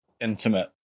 Intimate